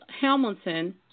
Hamilton